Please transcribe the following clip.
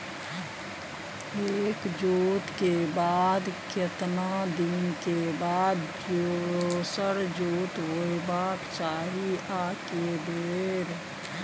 एक जोत के बाद केतना दिन के बाद दोसर जोत होबाक चाही आ के बेर?